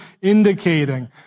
indicating